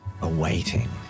awaiting